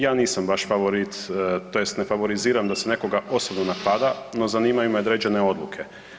Ja nisam baš favorit tj. ne favoriziram da se nekoga osobno napada, no zanimaju me određene odluke.